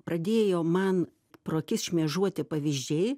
pradėjo man pro akis šmėžuoti pavyzdžiai